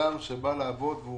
רוב